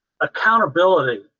accountability